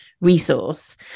resource